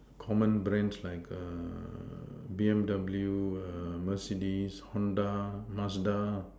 common Brands like err B_M_W err mercedes Honda Mazda